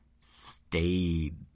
stayed